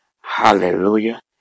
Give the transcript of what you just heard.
Hallelujah